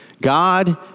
God